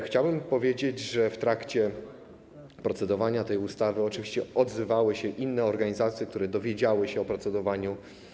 Chciałbym powiedzieć, że w trakcie procedowania nad tą ustawą oczywiście odzywały się inne organizacje, które dowiedziały się o tym procedowaniu.